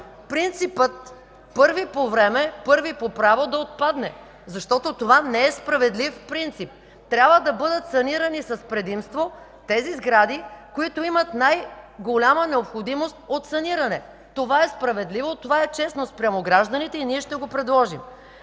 принципа първи по време, първи по право да отпадне, защото това не е справедлив принцип. Трябва да бъдат санирани с предимство тези сгради, които имат най-голяма необходимост от саниране. Това е справедливо, това е честно спрямо гражданите и ние ще го предложим.